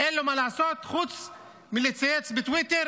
אין לו מה לעשות חוץ מלצייץ בטוויטר